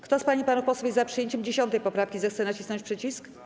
Kto z pań i panów posłów jest za przyjęciem 10. poprawki, zechce nacisnąć przycisk.